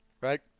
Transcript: right